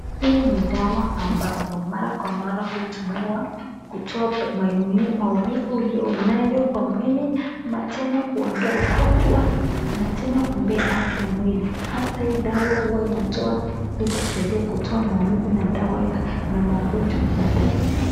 Hii ni dawa ambapo mara kwa mara hutumiwa kutoa maumivu uliyonayo kwa mwili ama tena kuondoa ugonjwa na tena kupea afya mwili . Hasa hii dawa hua inatoa ili kusaidia kutoa maumivu na magonjwa baadae.